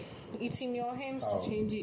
yes cover and